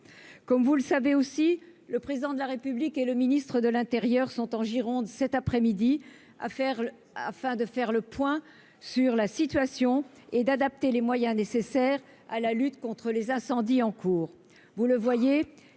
Comme vous le savez aussi, le Président de la République et le ministre de l'intérieur sont cet après-midi en Gironde, afin de faire le point sur la situation et d'adapter les moyens nécessaires à la lutte contre les incendies en cours.